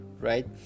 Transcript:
right